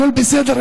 הכול בסדר,